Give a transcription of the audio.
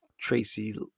Tracy